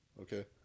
Okay